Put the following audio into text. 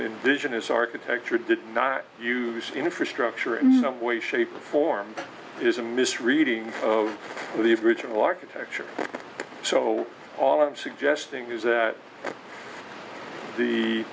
indigenous architecture did not use the infrastructure in a way shape or form is a misreading of the ritual architecture so all i'm suggesting is that the